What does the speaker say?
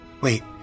Wait